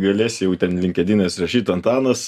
galėsi jau ten linkedine užsirašyt antanas